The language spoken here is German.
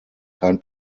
kein